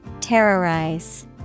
Terrorize